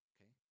Okay